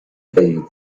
دهید